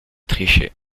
tricher